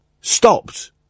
stopped